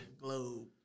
globe